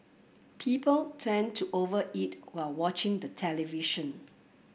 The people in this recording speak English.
people tend to over eat while watching the television